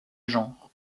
genre